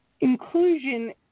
inclusion